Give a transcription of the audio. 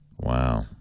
Wow